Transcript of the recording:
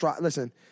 Listen